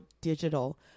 digital